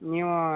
ನೀವು